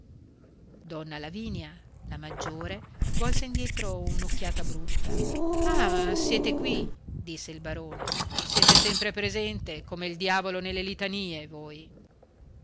donna lavinia la maggiore volse indietro un'occhiata brutta ah siete qui disse il barone siete sempre presente come il diavolo nelle litanie voi